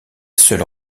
seule